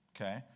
okay